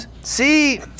See